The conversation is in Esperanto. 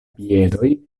piedoj